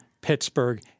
Pittsburgh